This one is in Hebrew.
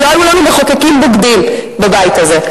כי לא היו לנו מחוקקים בוגדים בבית הזה.